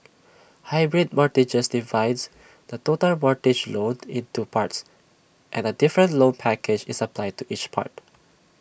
hybrid mortgages divides the total mortgage loan into parts and A different loan package is applied to each part